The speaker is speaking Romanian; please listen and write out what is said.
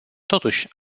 totuși